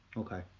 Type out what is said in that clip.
okay